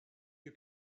you